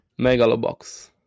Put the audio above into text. Megalobox